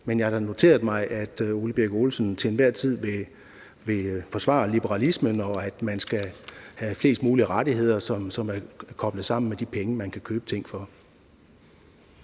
men jeg har da noteret mig, at hr. Ole Birk Olesen til enhver tid vil forsvare liberalismen, og at man skal have flest mulige rettigheder, som er koblet sammen med de penge, man kan købe ting for.